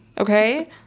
okay